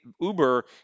Uber